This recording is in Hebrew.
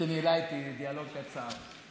שניהלה איתי דיאלוג קצר.